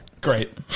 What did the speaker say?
Great